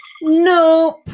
Nope